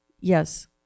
Yes